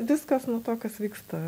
viskas nuo to kas vyksta